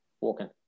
walking